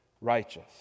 righteous